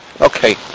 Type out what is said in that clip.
Okay